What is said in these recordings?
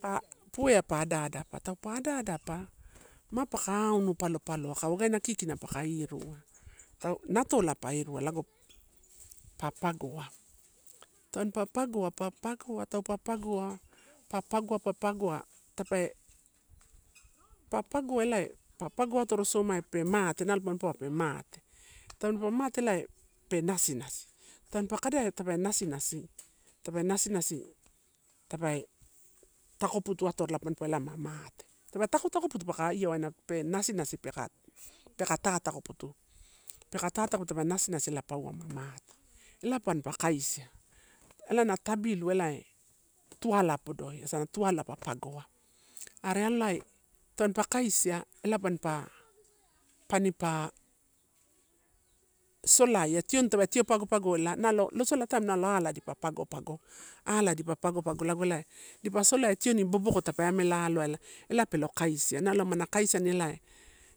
Pa puea pa adaadapa, taupa adaadapa ma paka aunu palopaloa akai wagana kikina paka iruina, tau, natola pa irua lago pa pagoa. Tan pa pagoa, pa pagoa, taupe pagoa, pa pagoa, pa pagoa tape pa pagoa elae, pa pagoa atorosomaia pe mate nalo mampaua pe mate. Tampa mate elai pe nasinasi, tampa kadaia tape nasinasi, tape nasinasi, tape takoputu atovo elae ma mate, tape tako tako putu pa io waina pe nasinasi peka tatakoputu. Peka ta tagotabe nasinasi ela pauwa mata. Ela panpa kaisia, ela na tabilu elae tu ala podoi asana tuala pa pogoa, are alai tanipa kasia ela panpa, panipa solaia tioni tape tio pagopago ela nalo losola taim halo ala dipa pago pago, ala dipa pagopago lago ela dipa solaia tioni boboko tape amela aloa ela ela pe lo kaisia nalo amani kaisani ela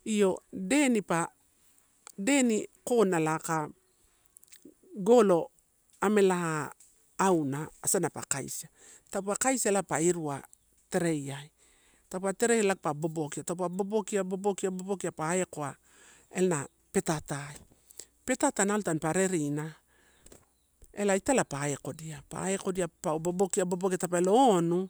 io deni pa, deni konala aka golo amela a auna asana pa kaisia. Taupa kaisia elapa ini tereiai, taupe terei lago pa bobokia, pampa bobokia, bobokia, bobokia pa aekoa elana petaatai, petata alo tampa rerina ela italai pa aikodia, pa aikodia, pa bobokia, bobokia tape lo onu.